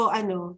ano